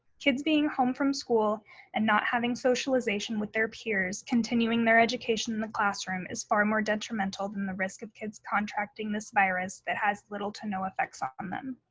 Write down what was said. kids being home from school and not having socialization with their peers, continuing their education in the classroom is far more detrimental than the risk of kids contracting this virus that has little to no effects on them.